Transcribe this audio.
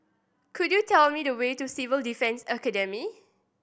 could you tell me the way to Civil Defence Academy